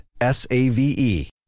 S-A-V-E